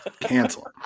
Cancel